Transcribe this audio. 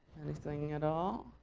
anything at all?